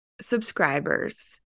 subscribers